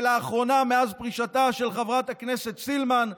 ולאחרונה, מאז פרישתה של חברת הכנסת סילמן,